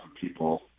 people